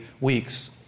weeks